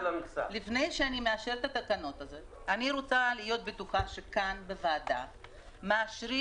לפני שאני מאשרת את התקנות אני רוצה להיות בטוחה שכאן בוועדה מאשרים